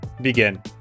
begin